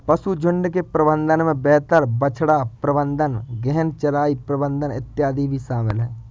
पशुझुण्ड के प्रबंधन में बेहतर बछड़ा प्रबंधन, गहन चराई प्रबंधन इत्यादि भी शामिल है